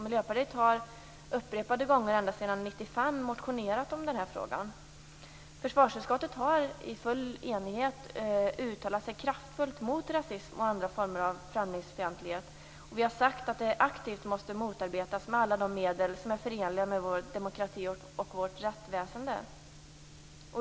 Miljöpartiet har upprepade gånger ända sedan 1995 motionerat om frågan. Försvarsutskottet har i full enighet uttalat sig kraftfullt mot rasism och andra former av främlingsfientlighet. Vi har sagt att det aktivt måste motarbetas med alla de medel som är förenliga med vår demokrati och vårt rättsväsende.